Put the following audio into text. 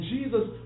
Jesus